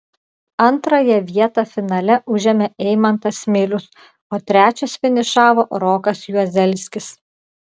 antrąją vietą finale užėmė eimantas milius o trečias finišavo rokas juozelskis